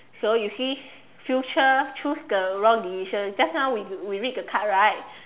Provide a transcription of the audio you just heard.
so you see future choose the wrong decision just know we we read the card right